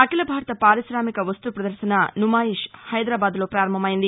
అఖిల భారత పార్విశామిక వస్తు పదర్యన నుమాయిష్ హైదరాబాద్లో పారంభమైంది